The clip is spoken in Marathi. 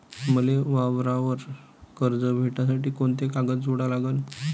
मले वावरावर कर्ज भेटासाठी कोंते कागद जोडा लागन?